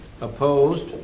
Opposed